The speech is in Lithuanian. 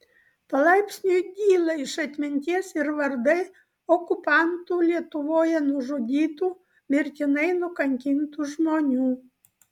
palaipsniui dyla iš atminties ir vardai okupantų lietuvoje nužudytų mirtinai nukankintų žmonių